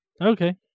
Okay